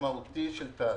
משמעותי של תהליך,